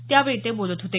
त्यावेळी ते बोलत होते